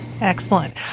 Excellent